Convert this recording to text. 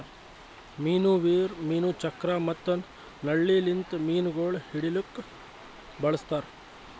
ಮೀನು ವೀರ್, ಮೀನು ಚಕ್ರ ಮತ್ತ ನಳ್ಳಿ ಲಿಂತ್ ಮೀನುಗೊಳ್ ಹಿಡಿಲುಕ್ ಬಳಸ್ತಾರ್